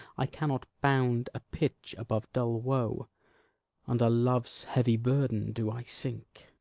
i cannot bound a pitch above dull woe under love's heavy burden do i sink.